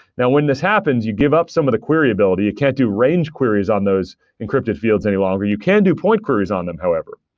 now when this happens, you give up some of the query ability. you can't do range queries on those encrypted fields any longer. you can do point queries on them, however.